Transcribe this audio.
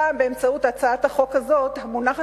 הפעם באמצעות הצעת החוק הזאת המונחת